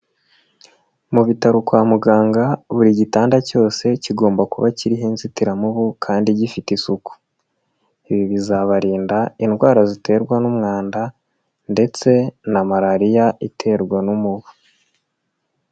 Mu bitaro kwa muganga buri gitanda cyose kigomba kuba kiriho inzitiramubu kandi gifite isuku. Ibi bizabarinda indwara ziterwa n'umwanda ndetse na Malariya iterwa n'umubu.